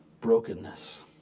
brokenness